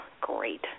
Great